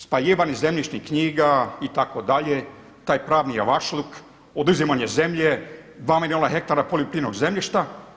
Spaljivanje zemljišnih knjiga itd., taj pravni javašluk, oduzimanje zemlje, 2 milijuna hektara poljoprivrednog zemljišta.